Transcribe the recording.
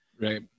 Right